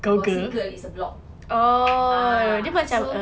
gossip girl is a blog ah so